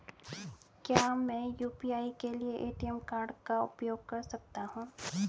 क्या मैं यू.पी.आई के लिए ए.टी.एम कार्ड का उपयोग कर सकता हूँ?